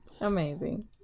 amazing